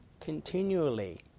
continually